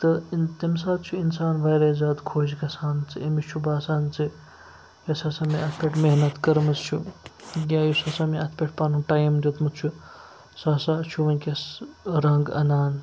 تہٕ اِن تمہِ ساتہٕ چھُ اِنسان وارِیاہ زیادٕ خۄش گَژھان ژٕ أمِس چھُ باسان زِ یۄس ہَسا مےٚ اَتھ پٮ۪ٹھ محنت کٔرمٕژ چھُ یا یُس ہَسا مےٚ اَتھ پٮ۪ٹھ پَنُن ٹایم دیُتمُت چھُ سُہ ہَسا چھُ وٕنکٮ۪س رَنٛگ اَنان